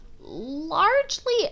largely